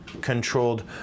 controlled